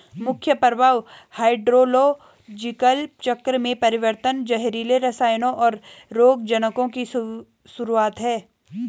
मुख्य प्रभाव हाइड्रोलॉजिकल चक्र में परिवर्तन, जहरीले रसायनों, और रोगजनकों की शुरूआत हैं